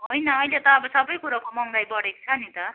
होइन अहिले त अब सबै कुरोको महँगाइ बढेको छ नि त